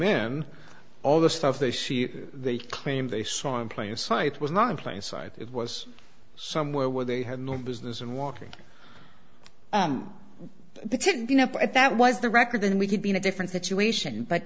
in all the stuff they see they claim they saw in plain sight was not in plain sight it was somewhere where they had no business in walking you know if that was the record then we could be in a different situation but